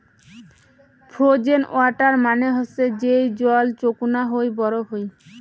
frozen water মানে হসে যেই জল চৌকুনা হই বরফ হই